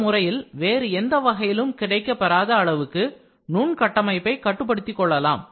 இந்த முறையில் வேறு எந்த வகையிலும் கிடைக்கப்பெறாத அளவுக்கு நுண் கட்டமைப்பை கட்டுப்படுத்திக் கொள்ளலாம்